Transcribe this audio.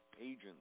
agents